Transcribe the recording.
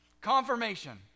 confirmation